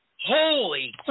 Holy